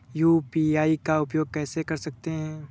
UPI का उपयोग कैसे कर सकते हैं?